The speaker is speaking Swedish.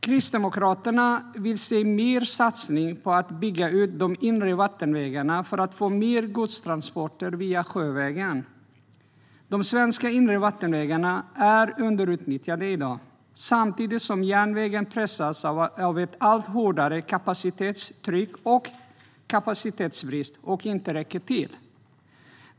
Kristdemokraterna vill se mer satsning på att bygga ut de inre vattenvägarna för att få mer godstransporter sjövägen. De svenska inre vattenvägarna är underutnyttjade i dag, samtidigt som järnvägen pressas av ett allt hårdare kapacitetstryck och kapacitetsbrist och inte räcker till.